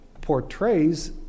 portrays